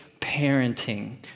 parenting